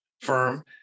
firm